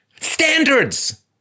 Standards